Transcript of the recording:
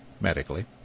medically